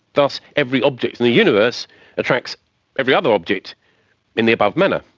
thus every object in the universe attracts every other object in the above manner.